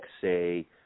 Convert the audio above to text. say